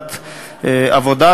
לוועדת העבודה,